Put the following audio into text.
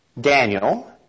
Daniel